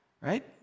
right